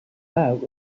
now